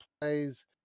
plays